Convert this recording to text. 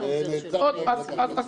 אני